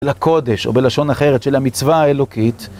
לקודש, או בלשון אחרת, של המצווה האלוקית